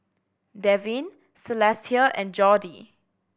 Devyn Celestia and Jordy